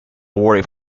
worry